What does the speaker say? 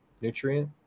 nutrient